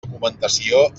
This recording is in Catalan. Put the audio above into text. documentació